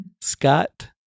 Scott